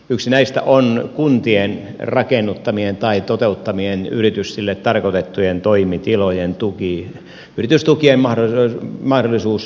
yksi näistä on kuntien rakennuttamien tai toteutta mien yrityksille tarkoitettujen toimitilojen tuki mahdollisuus yritystukien käyttämiseen